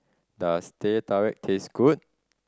does Teh Tarik taste good